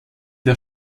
der